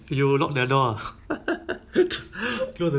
you will not their dog ya the dog they thought